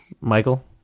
michael